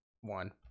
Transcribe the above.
one